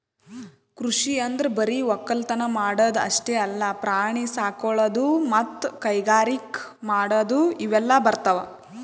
ಕೃಷಿ ಅಂದ್ರ ಬರಿ ವಕ್ಕಲತನ್ ಮಾಡದ್ ಅಷ್ಟೇ ಅಲ್ಲ ಪ್ರಾಣಿ ಸಾಕೊಳದು ಮತ್ತ್ ಕೈಗಾರಿಕ್ ಮಾಡದು ಇವೆಲ್ಲ ಬರ್ತವ್